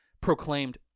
proclaimed